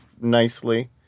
nicely